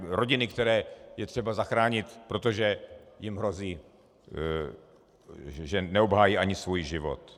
Rodiny, které je třeba zachránit, protože jim hrozí, že neobhájí ani svůj život.